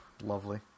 Lovely